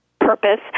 purpose